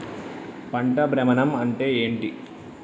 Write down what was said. పంట భ్రమణం అంటే ఏంటి?